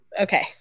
okay